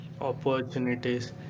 opportunities